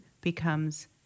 becomes